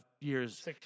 years